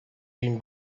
been